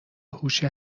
هوش